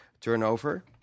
turnover